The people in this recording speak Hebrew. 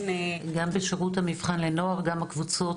גם בשירות המבחן לנוער גם הקבוצות